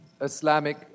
Islamic